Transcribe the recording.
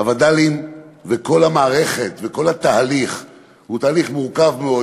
הווד"לים וכל המערכת וכל התהליך זה תהליך מורכב מאוד,